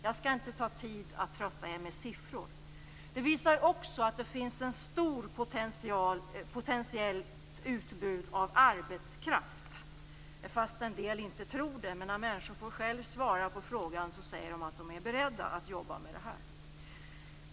Jag skall inte ta upp tid genom att trötta er med siffror. Det visar också att det finns ett stort potentiellt utbud av arbetskraft, fast en del inte tror det. Men när människor själva får svara på frågan säger de att de är beredda att jobba med detta.